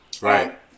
Right